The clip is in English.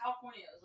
California